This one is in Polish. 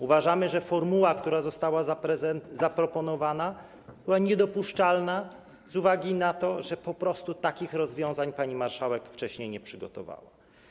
Uważamy, że formuła, która została zaproponowana, była niedopuszczalna z uwagi na to, że po prostu takich rozwiązań pani marszałek wcześniej nie przygotowała.